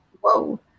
whoa